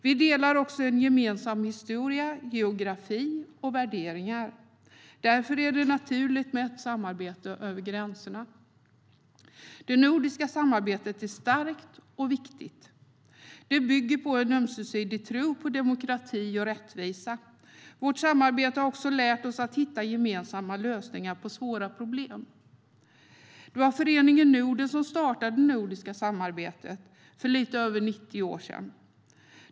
Vi delar också en gemensam historia, geografi och värderingar. Därför är det naturligt med ett samarbete över gränserna. Det nordiska samarbetet är starkt och viktigt. Det bygger på en ömsesidig tro på demokrati och rättvisa. Vårt samarbete har också lärt oss att hitta gemensamma lösningar på svåra problem. Det var föreningen Norden som startade det nordiska samarbetet för lite över 90 år sedan.